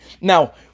Now